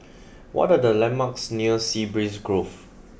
what are the landmarks near Sea Breeze Grove